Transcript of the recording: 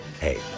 Hey